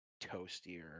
toastier